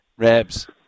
Rabs